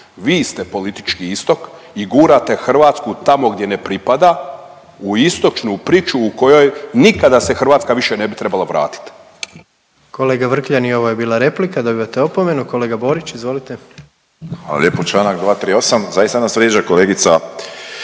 Vi ste politički istok i gurate Hrvatsku tamo gdje ne pripada, u istočnu pričuvu kojoj nikada se Hrvatska više ne bi trebala vratit. **Jandroković, Gordan (HDZ)** Kolega Vrkljan, i ovo je bila replika. Dobivate opomenu. Kolega Borić, izvolite. **Borić, Josip (HDZ)** Hvala lijepo. Čl. 238. Zaista nas vrijeđa kolega